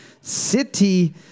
City